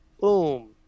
boom